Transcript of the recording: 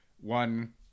one